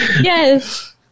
Yes